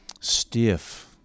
stiff